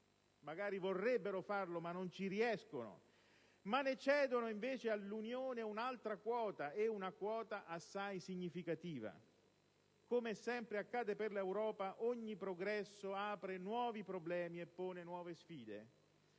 magari vorrebbero farlo ma non ci riescono -, ma ne cedono all'Unione un'altra quota e una quota assai significativa. Come sempre accade per l'Europa, ogni progresso apre nuovi problemi e pone nuove sfide.